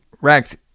Rex